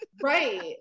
right